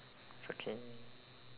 it's okay